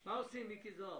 מה עושים, מיקי זוהר?